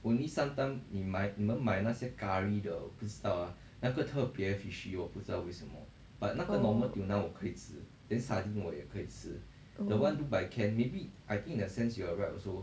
orh oh